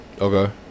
okay